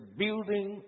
building